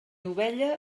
ovella